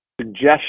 suggestion